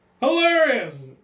hilarious